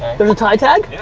there's a ty tag?